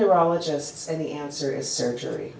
neurologists and the answer is surgery